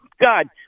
God